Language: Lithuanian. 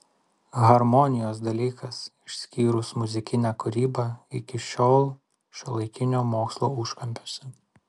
harmonijos dalykas išskyrus muzikinę kūrybą iki šiol šiuolaikinio mokslo užkampiuose